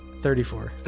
34